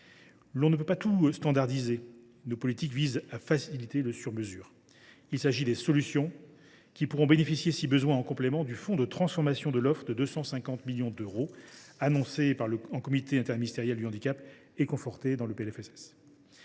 On ne peut pas tout standardiser. Nos politiques visent à faciliter le sur mesure. Si besoin, ces solutions pourront bénéficier, en complément, du fonds de transformation de l’offre de 250 millions d’euros annoncé en Comité interministériel du handicap et confirmé dans le PLFSS.